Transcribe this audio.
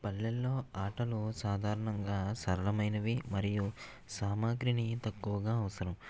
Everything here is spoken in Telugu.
పల్లెల్లో ఆటలు సాధారణంగా సరళమైనవి మరియు సామాగ్రిని తక్కువగా అవసరం